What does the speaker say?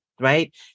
right